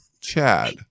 Chad